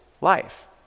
life